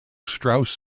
strauss